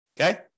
Okay